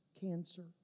cancer